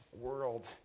world